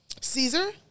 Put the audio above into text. Caesar